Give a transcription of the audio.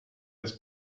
his